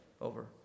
over